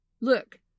Look